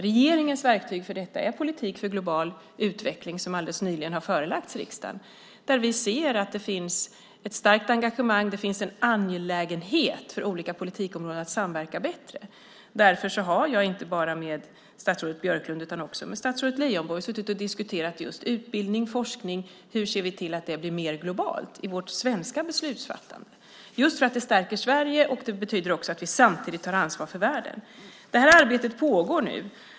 Regeringens verktyg för detta är politik för global utveckling, som alldeles nyligen har förelagts riksdagen. Vi ser att det finns ett starkt engagemang, en angelägenhet för olika politikområden att samverka bättre. Därför har jag inte bara med statsrådet Björklund utan också med statsrådet Leijonborg diskuterat hur vi ska mer globalt se på frågor om utbildning och forskning i vårt svenska beslutsfattande. Det stärker Sverige, och samtidigt tar vi ansvar för världen. Arbetet pågår nu.